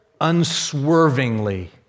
unswervingly